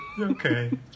Okay